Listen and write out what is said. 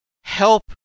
help